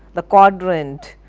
the quadrant.